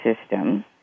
system